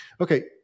Okay